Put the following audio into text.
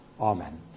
Amen